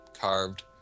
carved